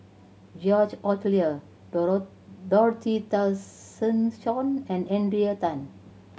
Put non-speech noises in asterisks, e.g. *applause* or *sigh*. George Oehlers *unintelligible* Dorothy Tessensohn and Adrian Tan